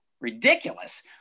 ridiculous